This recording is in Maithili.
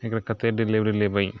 एकरा कतऽ डिलेवरी लेबै